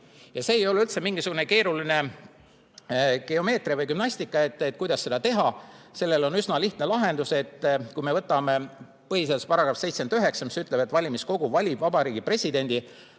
See ei ole üldse mingisugune keeruline geomeetria või gümnastika, kuidas seda teha. Sellele on üsna lihtne lahendus. Võtame põhiseaduse § 79, mis ütleb, et valimiskogu valib Vabariigi Presidendi